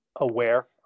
aware